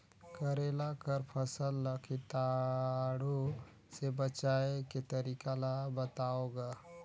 करेला कर फसल ल कीटाणु से बचाय के तरीका ला बताव ग?